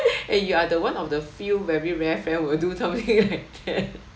eh you are the one of the few very rare friend will do something like that